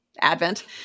advent